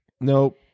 nope